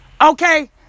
Okay